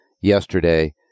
yesterday